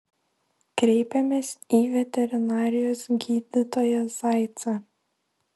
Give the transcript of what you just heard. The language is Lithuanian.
kreipėmės į veterinarijos gydytoją zaicą